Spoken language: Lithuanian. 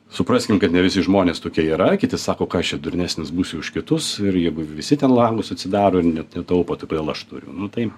supraskim kad ne visi žmonės tokie yra kiti sako ką aš čia durnesnis būsiu už kitus ir jeigu visi ten langus atsidaro net taupo tai kodėl aš turiu nu tai